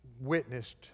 witnessed